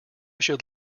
should